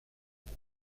años